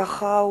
ככה,